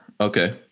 Okay